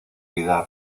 vida